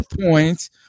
points